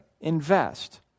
invest